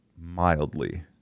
mildly